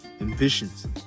ambitions